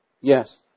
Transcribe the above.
Yes